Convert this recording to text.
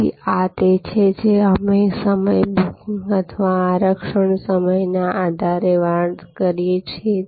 તેથી આ તે છે જે અમે સમય બુકિંગ અથવા આરક્ષણના સમયના આધારે વાડ કરીએ છીએ